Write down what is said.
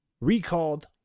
recalled